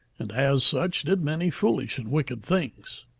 and as such did many foolish and wicked things.